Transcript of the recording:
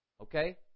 Okay